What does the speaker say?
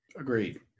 Agreed